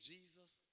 Jesus